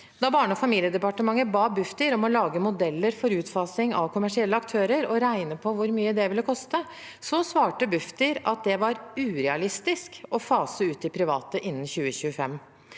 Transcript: Da Barne- og familiedepartementet ba Bufdir om å lage modeller for utfasing av kommersielle aktører og regne på hvor mye det ville koste, svarte Bufdir at det var urealistisk å fase ut de private innen 2025.